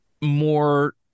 more